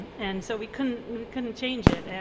and so we couldn't couldn't change it. and